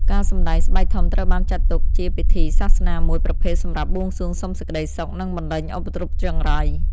ការសម្ដែងស្បែកធំត្រូវបានចាត់ទុកជាពិធីសាសនាមួយប្រភេទសម្រាប់បួងសួងសុំសេចក្ដីសុខ និងបណ្ដេញឧបទ្រពចង្រៃ។